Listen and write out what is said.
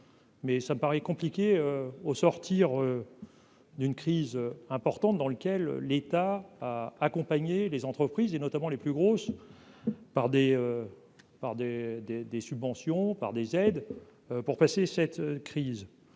Mais ça me paraît compliqué au sortir d'une crise importante dans lequel l'État à accompagner les entreprises et notamment les plus grosses, par des par des, des, des subventions par des aides pour passer cette crise,